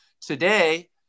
Today